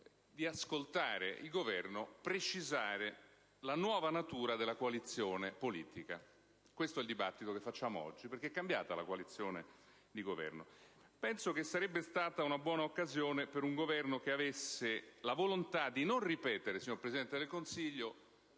di ascoltare il Governo per precisare la nuova natura della coalizione politica. E questo è il dibattito che stiamo facendo oggi, perché è cambiata la coalizione di Governo. E penso che questa sarebbe stata una buona occasione per un Governo che avesse avuto la volontà di non ripetere, signor Presidente del Consiglio,